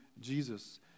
Jesus